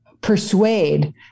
persuade